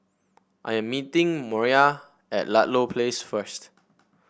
I am meeting Moriah at Ludlow Place first